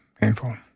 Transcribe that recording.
painful